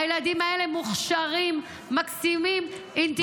הילדים האלה מוכשרים, מקסימים, אינטליגנטיים.